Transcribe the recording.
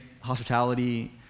hospitality